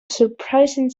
surprising